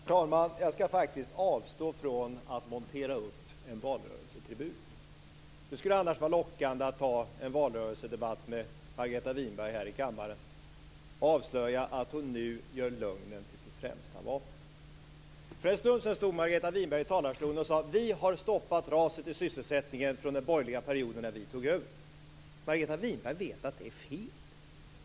Herr talman! Jag skall faktiskt avstå från att montera upp en valrörelsetribun. Det skulle annars vara lockande att ta en valrörelsedebatt med Margareta Winberg här i kammaren och avslöja att hon nu gör lögnen till sitt främsta vapen. För en stund sedan stod Margareta Winberg i talarstolen och sade: Vi har stoppat raset i sysselsättningen från den borgerliga perioden när vi tog över. Margareta Winberg vet att det är fel.